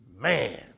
Man